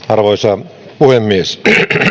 arvoisa puhemies